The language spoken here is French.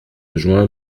juin